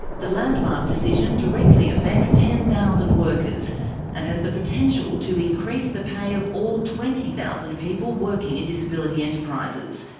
the landmark decision directly affects ten thousand workers and has the potential to increase the pay of all twenty thousand people working in disability enterprises.